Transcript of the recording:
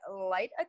light